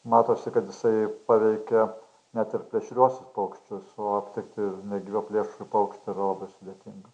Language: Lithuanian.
matosi kad jisai paveikia net ir plėšriuosius paukščius o aptikt ir negyvą plėšrų paukštį yra labai sudėtinga